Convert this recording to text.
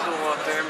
דודו רותם,